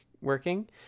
working